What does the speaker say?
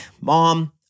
mom